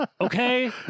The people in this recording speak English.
Okay